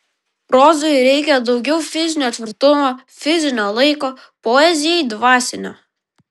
prozai reikia daugiau fizinio tvirtumo fizinio laiko poezijai dvasinio